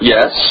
Yes